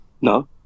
No